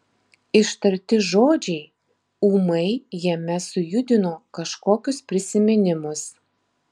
ištarti žodžiai ūmai jame sujudino kažkokius prisiminimus